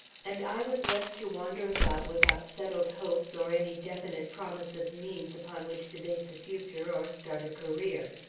and i was left to wander about without settled hopes or any definite promise of means upon which to base a future or start a career.